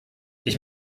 ich